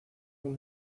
como